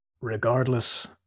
Regardless